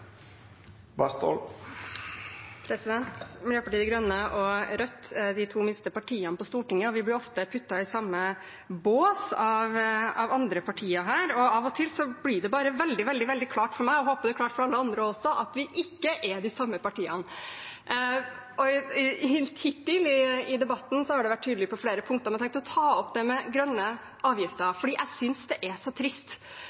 Miljøpartiet De Grønne og Rødt er de to minste partiene på Stortinget, og vi blir ofte puttet i samme bås av andre partier. Av og til blir det bare veldig, veldig klart for meg – og jeg håper det er klart for andre også – at vi ikke er det samme partiet. Hittil i debatten har det vært tydelig på flere punkter. Jeg tenkte jeg skulle ta opp det med grønne